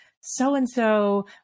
so-and-so